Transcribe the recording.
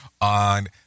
on